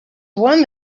one